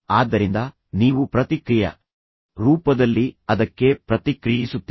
ಆದ್ದರಿಂದ ನೀವು ಪ್ರತಿಕ್ರಿಯೆಯ ರೂಪದಲ್ಲಿ ಅದಕ್ಕೆ ಪ್ರತಿಕ್ರಿಯಿಸುತ್ತೀರಿ